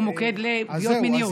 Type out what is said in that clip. או מוקד לפגיעות מיניות.